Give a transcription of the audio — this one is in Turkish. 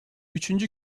üçüncü